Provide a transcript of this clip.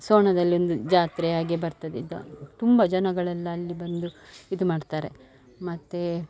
ಸೋಣದಲ್ಲೊಂದು ಜಾತ್ರೆ ಹಾಗೆ ಬರ್ತದೆ ಈಗ ತುಂಬ ಜನಗಳೆಲ್ಲ ಅಲ್ಲಿ ಬಂದು ಇದು ಮಾಡ್ತಾರೆ ಮತ್ತು